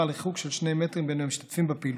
על ריחוק של שני מטרים בין המשתתפים בפעילות.